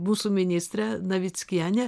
mūsų ministrę navickienę